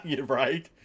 Right